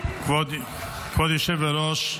כבוד היושב-ראש,